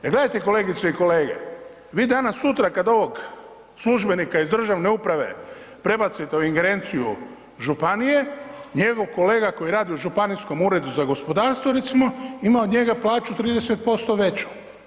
Jer gledajte kolegice i kolege, vi danas sutra kad ovog službenika iz državne uprave prebacite u ingerenciju županije, njegov kolega koji radi u županijskom uredu za gospodarstvo recimo ima od njega plaću 30% veću.